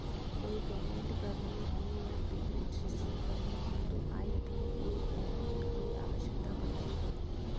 कोई पेमेंट करनी हो या पेमेंट रिसीव करनी हो तो आई.बी.ए.एन की आवश्यकता पड़ती है